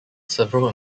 several